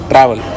Travel